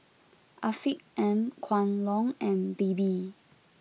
Afiq M Kwan Loong and Bebe